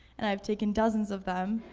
and i've taken dozens of them,